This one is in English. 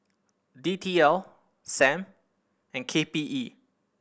D T L Sam and K P E